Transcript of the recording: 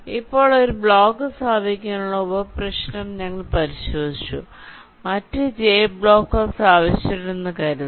ഇപ്പോൾ ഒരു ബ്ലോക്ക് സ്ഥാപിക്കുന്നതിനുള്ള ഉപപ്രശ്നം ഞങ്ങൾ പരിശോധിച്ചു മറ്റ് j ബ്ലോക്കുകൾ സ്ഥാപിച്ചിട്ടുണ്ടെന്ന് കരുതുക